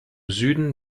süden